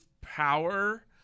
power